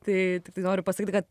tai noriu pasakyt kad